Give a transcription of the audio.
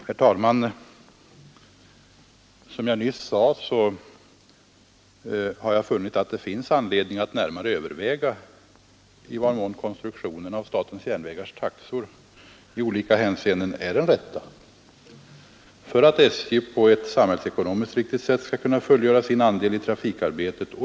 Herr talman! Som jag nyss sade har jag funnit att det finns anledning att närmare överväga i vad mån konstruktionen av statens järnvägars taxor i olika hänseenden är den rätta för att SJ på ett samhällsekonomiskt riktigt sätt skall kunna fullgöra sin andel i trafikarbetet.